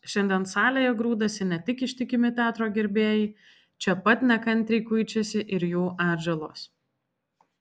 šiandien salėje grūdasi ne tik ištikimi teatro gerbėjai čia pat nekantriai kuičiasi ir jų atžalos